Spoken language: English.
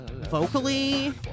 vocally